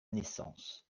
naissance